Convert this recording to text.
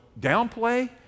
downplay